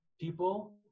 people